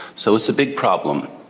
so it's a big problem.